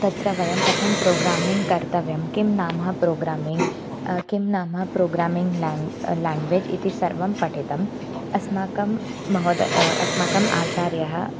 तत्र वयं कथं प्रोग्रामिङ्ग् कर्तव्यं किं नाम प्रोग्रामिङ्ग् किं नाम प्रोग्रामिङ्ग् लाङग् लाङ्ग्वेज् इति सर्वं पठितम् अस्माकं महोदयः अस्माकम् आचार्यः